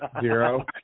Zero